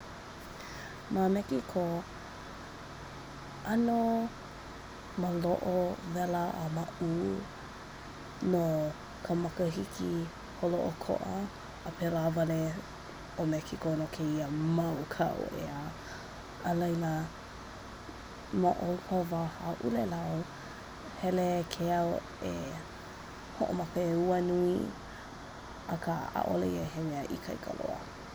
Ma Mekiko, ʻano māloʻo wela a maʻū no ka makahiki holoʻokoʻa, a pēlā wale ʻo Mekiko no kēia mau kau ʻea. A laila ma o ka wā hāʻulelau hele ke au e hoʻomaka a ua nui akā ʻaʻole ikaika.